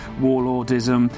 warlordism